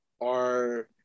are-